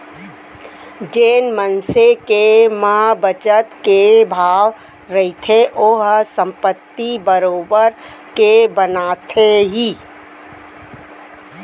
जेन मनसे के म बचत के भाव रहिथे ओहा संपत्ति बरोबर के बनाथे ही